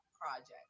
project